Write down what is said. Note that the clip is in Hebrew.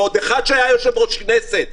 ועוד אחד שהיה יושב-ראש כנסת.